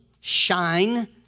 shine